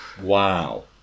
Wow